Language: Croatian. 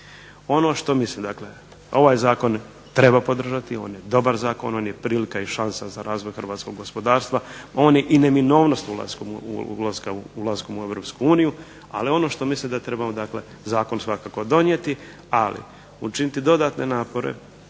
Ono što mislim dakle, ovaj zakon treba podržati, on je dobar zakon, on je prilika i šansa za razvoj hrvatskog gospodarstva, on je i neminovnost ulaskom u Europsku uniju, ali ono što mislim da trebamo dakle zakon svakako donijeti, ali učiniti dodatne napore,